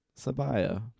Sabaya